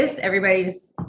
everybody's